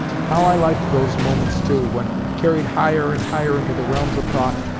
how i liked those moments, too, when, carried higher and higher into the realms of thought,